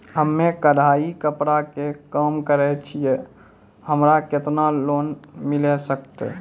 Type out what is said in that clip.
हम्मे कढ़ाई कपड़ा के काम करे छियै, हमरा केतना लोन मिले सकते?